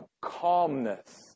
calmness